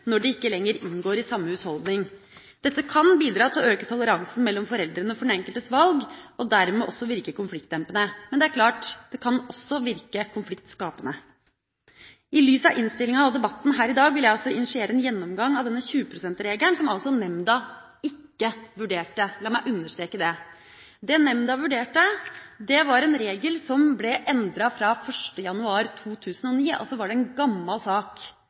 når de ikke lenger inngår i samme husholdning. Dette kan bidra til å øke toleransen mellom foreldrene for den enkeltes valg og dermed også virke konfliktdempende. Men det er klart, det kan også virke konfliktskapende. I lys av innstillinga og debatten her i dag vil jeg også initiere en gjennomgang av denne 20 pst.-regelen, som altså nemnda ikke vurderte – la meg understreke det. Det nemnda vurderte, var en regel som ble endret fra 1. januar 2009 – det var en gammel sak